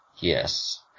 Yes